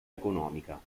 economica